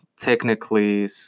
technically